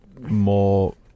more